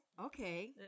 Okay